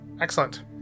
excellent